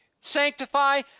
Sanctify